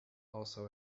also